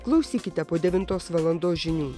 klausykite po devintos valandos žinių